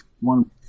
one